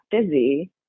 busy